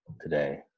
today